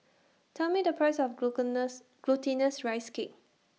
Tell Me The Price of Glutinous Rice Cake